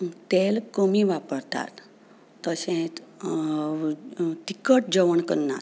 तेल कमी वापरतात तशेंच तीखट जेवण करनात